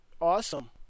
Awesome